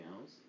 else